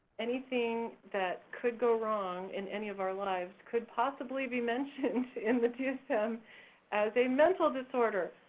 anything that could go wrong in any of our lives could possibly be mentioned in the dsm as a mental disorder.